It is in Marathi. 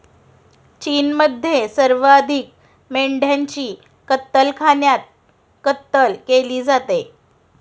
चीनमध्ये सर्वाधिक मेंढ्यांची कत्तलखान्यात कत्तल केली जाते